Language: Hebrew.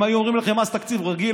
אם היו אומרים לכם אז תקציב רגיל,